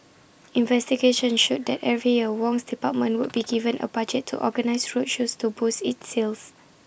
investigation showed that every year Wong's department would be given A budget to organise road shows to boost its sales